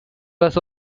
was